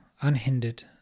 unhindered